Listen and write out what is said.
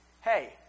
Hey